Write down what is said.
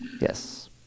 Yes